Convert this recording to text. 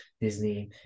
Disney